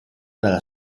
dalla